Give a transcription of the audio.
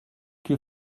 que